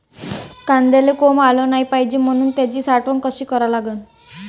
कांद्याले कोंब आलं नाई पायजे म्हनून त्याची साठवन कशी करा लागन?